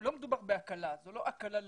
לא מדובר בהקלה, זו לא הקלה לעולים,